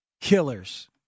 killers